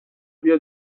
بیا